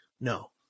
No